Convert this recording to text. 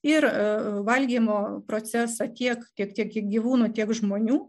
ir valgymo procesą tiek tiek gyvūnų tiek žmonių